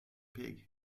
pig